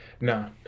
No